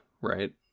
right